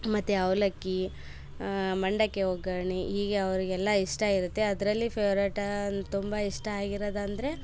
ಮತ್ತು ಅವಲಕ್ಕಿ ಮಂಡಕ್ಕಿ ಒಗ್ಗರಣೆ ಈಗೆ ಅವರಿಗೆಲ್ಲ ಇಷ್ಟ ಇರುತ್ತೆ ಅದರಲ್ಲಿ ಫೇವ್ರೇಟ್ ಅನ್ ತುಂಬಾ ಇಷ್ಟ ಆಗಿರೋದಂದರೆ